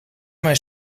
mijn